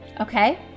Okay